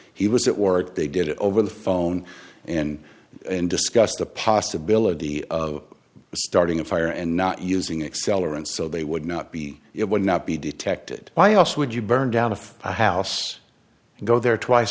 he was at work they did it over the phone and discussed the possibility of starting a fire and not using excel or and so they would not be it would not be detected by us would you burn down if i house go there twice